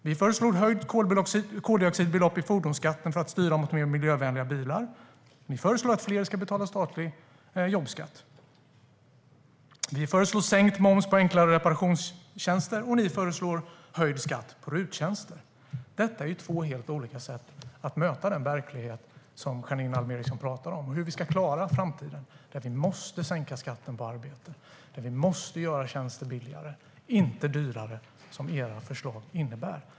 Vi föreslår höjt koldioxidbelopp i fordonsskatten för att styra mot mer miljövänliga bilar, och ni föreslår att fler ska betala statlig jobbskatt. Vi föreslår sänkt moms på enklare reparationstjänster, och ni föreslår höjd skatt på RUT-tjänster. Detta är två helt olika sätt att möta den verklighet som Janine Alm Ericson pratar om. Ska vi klara framtiden måste vi sänka skatten på arbete och göra tjänster billigare, inte dyrare, som era förslag innebär.